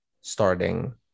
starting